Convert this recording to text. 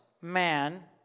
man